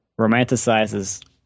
romanticizes